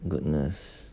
goodness